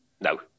No